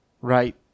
Right